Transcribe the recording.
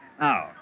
Now